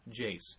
Jace